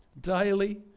Daily